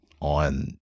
on